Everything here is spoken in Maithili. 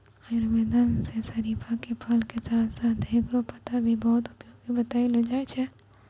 आयुर्वेद मं शरीफा के फल के साथं साथं हेकरो पत्ता भी बहुत उपयोगी बतैलो जाय छै